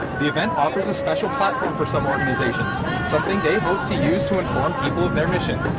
the event offers a special platform for some organizations something they hope to use to inform people of their mission.